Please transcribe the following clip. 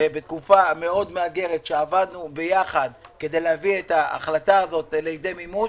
שבתקופה מאוד מאתגרת שעבדנו ביחד כדי להביא את ההחלטה הזאת לידי מימוש